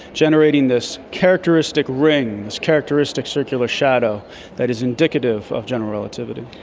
generating this characteristic ring, this characteristic circular shadow that is indicative of general relativity.